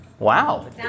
Wow